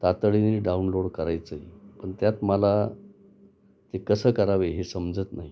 तातडीने डाउनलोड करायचं आहे पण त्यात मला ते कसं करावे हे समजत नाही